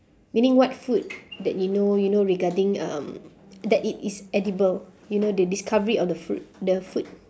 meaning what food that you know you know regarding um that it is edible you know the discovery of the fruit the food